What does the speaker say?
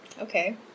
Okay